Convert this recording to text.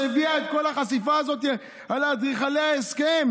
שהביאה את כל החשיפה הזאת על אדריכלי ההסכם